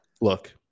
Look